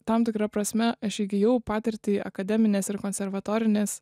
tam tikra prasme aš įgijau patirtį akademinės ir konservatorinės